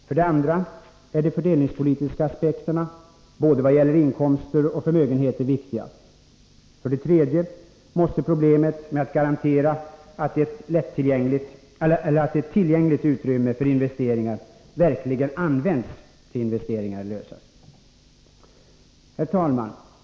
För det andra är de fördelningspolitiska aspekterna, vad gäller både inkomster och förmögenheter, viktiga. För det tredje måste problemet med att garantera att ett tillgängligt utrymme för investeringar verkligen används till investeringar lösas. Herr talman!